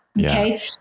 Okay